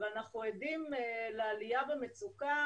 אנחנו עדים לעלייה במצוקה,